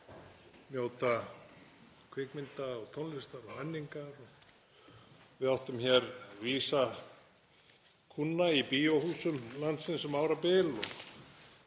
njóta kvikmynda og tónlistar og menningar. Við áttum hér vísa kúnna í bíóhúsum landsins um árabil